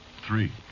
three